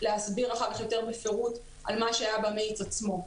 להסביר יותר בפירוט על מה שהיה במאיץ עצמו.